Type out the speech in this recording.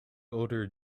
older